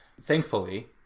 thankfully